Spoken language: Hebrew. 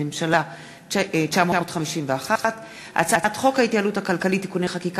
בהצעת חוק ההתייעלות הכלכלית (תיקוני חקיקה